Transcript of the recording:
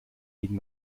liegen